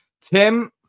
Tim